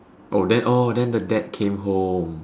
oh then oh then the dad came home